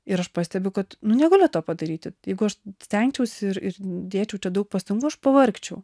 ir aš pastebiu kad negaliu to padaryti jeigu aš stengčiausi ir ir dėčiau čia daug pastangų aš pavargčiau